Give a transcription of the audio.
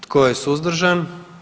Tko je suzdržan?